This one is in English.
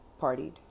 partied